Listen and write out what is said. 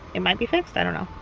it might be fixed. i don't know.